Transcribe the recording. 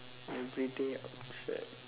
everyday object